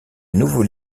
nouveaux